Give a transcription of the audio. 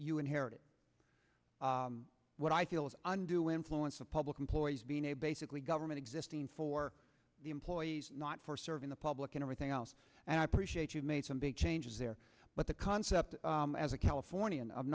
you inherited what i feel is on do influence of public employees being a basically government existing for the employees not for serving the public and everything else and i appreciate you've made some big changes there but the concept as a californian